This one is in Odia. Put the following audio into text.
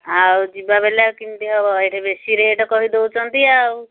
ଆଉ ଯିବା ବୋଲେ ଆଉ କେମିତି ହବ ଏଇଠି ବେଶୀ ରେଟ୍ କହି ଦେଉଛନ୍ତି ଆଉ